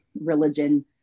religion